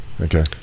Okay